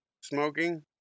Smoking